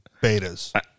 betas